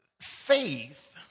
Faith